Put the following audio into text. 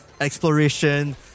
Exploration